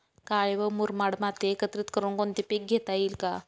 काळी व मुरमाड माती एकत्रित करुन कोणते पीक घेता येईल का?